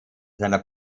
seiner